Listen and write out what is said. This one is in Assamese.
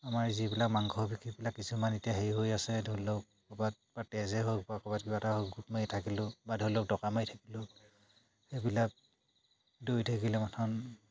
আমাৰ যিবিলাক মাংস পেশীবিলাক কিছুমান এতিয়া হেৰি হৈ আছে ধৰি লওক ক'ৰবাত বা তেজেই হওক বা ক'ৰবাত কিবা এটা হওক গোট মাৰি থাকিলেও বা ধৰি লওক দকা মাৰি থাকিলেও সেইবিলাক দৌৰি থাকিলে মাথন